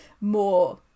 more